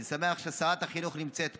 אני שמח ששרת החינוך נמצאת פה,